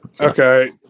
Okay